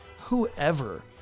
whoever